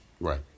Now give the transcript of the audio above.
Right